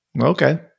Okay